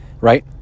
right